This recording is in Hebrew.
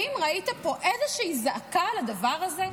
האם ראית פה איזושהי זעקה על הדבר הזה?